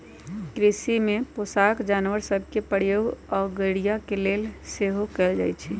कृषि में पोशौआका जानवर सभ के प्रयोग अगोरिया के लेल सेहो कएल जाइ छइ